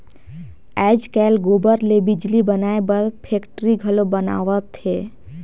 आयज कायल गोबर ले बिजली बनाए बर फेकटरी घलो बनावत हें